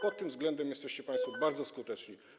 Pod tym względem jesteście państwo bardzo skuteczni.